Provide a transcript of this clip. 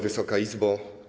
Wysoka Izbo!